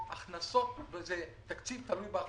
זה תקציב תלוי בהכנסות.